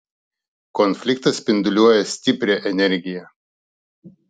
konfliktas spinduliuoja stiprią energiją